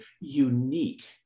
unique